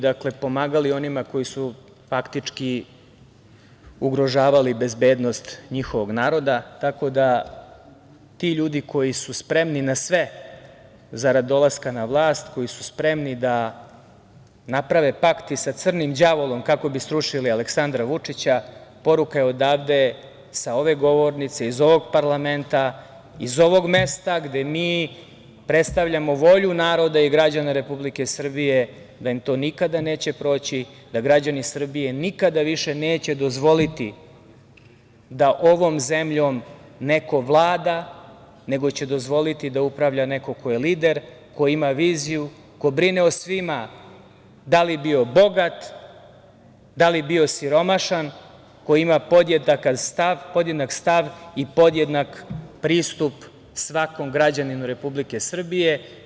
Dakle, pomagali onima koji su faktički ugrožavali bezbednost njihovog naroda, tako da ti ljudi koji su spremni na sve zarad dolaska na vlast, koji su spremni da naprave pakt i sa crnim đavolom kako bi srušili Aleksandra Vučića, poruka je odavde, sa ove govornice, iz ovog parlamenta, iz ovog mesta gde mi predstavljamo volju naroda i građana Republike Srbije, da im to nikada neće proći, da građani Srbije nikada više neće dozvoliti da ovom zemljom neko vlada, nego će dozvoliti da upravlja neko ko je lider, ko ima viziju, ko brine o svima, da li bio bogat, da li bio siromašan, ko ima podjednak stav i podjednak pristup svakom građaninu Republike Srbije.